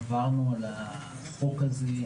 עברנו על החוק הזה.